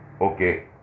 Okay